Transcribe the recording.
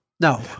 No